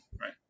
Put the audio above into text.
right